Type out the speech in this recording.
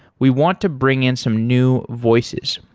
we want to bring in some new voices.